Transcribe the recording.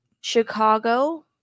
Chicago